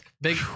Big